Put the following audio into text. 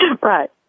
Right